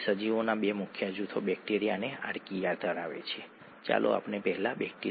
તો રિબોઝ ખાંડ આ કિસ્સામાં એટીપી ઠીક છે